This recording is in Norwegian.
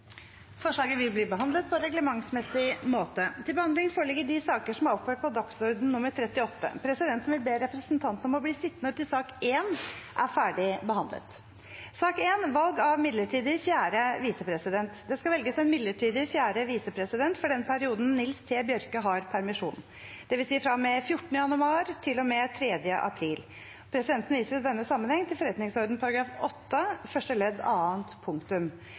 vil bli behandlet på reglementsmessig måte. Presidenten vil be representantene om å bli sittende til sak nr. 1 er ferdigbehandlet. Det skal velges en midlertidig fjerde visepresident for den perioden Nils T. Bjørke har permisjon, dvs. fra og med 14. januar til og med 3. april. Presidenten viser i denne sammenheng til forretningsordenens § 8 første ledd annet punktum.